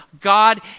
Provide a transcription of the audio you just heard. God